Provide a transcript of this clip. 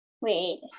wait